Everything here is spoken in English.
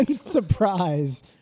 surprise